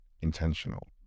intentional